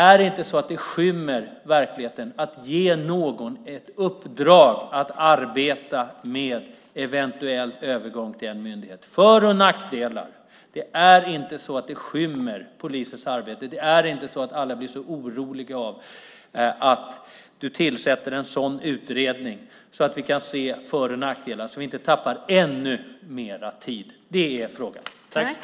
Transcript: Det är inte så att det skymmer verkligheten att ge någon i uppdrag att arbeta med frågan om en eventuell övergång till en myndighet, med för och nackdelar. Det är inte så att det skymmer polisens arbete. Och det är inte så att alla blir så oroliga av att du tillsätter en sådan utredning så att vi kan se för och nackdelar och så att vi inte tappar ännu mer tid. Det är vad frågan gäller.